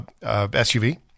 SUV